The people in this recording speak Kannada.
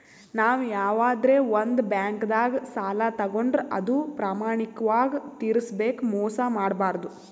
ನಾವ್ ಯವಾದ್ರೆ ಒಂದ್ ಬ್ಯಾಂಕ್ದಾಗ್ ಸಾಲ ತಗೋಂಡ್ರ್ ಅದು ಪ್ರಾಮಾಣಿಕವಾಗ್ ತಿರ್ಸ್ಬೇಕ್ ಮೋಸ್ ಮಾಡ್ಬಾರ್ದು